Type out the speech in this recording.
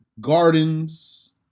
gardens